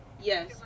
yes